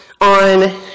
on